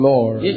Lord